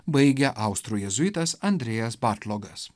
baigia austrų jėzuitas andriejas patlogas